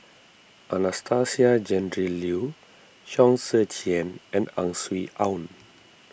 Anastasia Tjendri Liew Chong Tze Chien and Ang Swee Aun